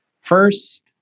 First